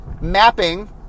mapping